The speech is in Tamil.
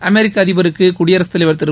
அமெரிக்க அதிபருக்கு குடியரசுத்தலைவா் திரு